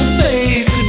face